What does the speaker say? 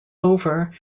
over